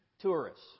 tourists